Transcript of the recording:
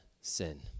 sin